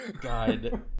God